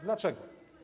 Dlaczego?